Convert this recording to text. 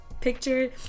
picture